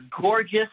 gorgeous